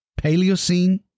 Paleocene